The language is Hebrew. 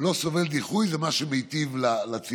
מה שלא סובל דיחוי זה מה שמיטיב עם הציבור.